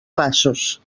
passos